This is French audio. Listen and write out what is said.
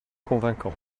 convaincant